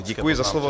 Děkuji za slovo.